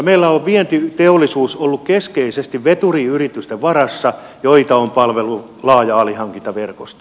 meillä on vientiteollisuus ollut keskeisesti veturiyritysten varassa joita on palvellut laaja alihankintaverkosto